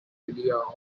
idea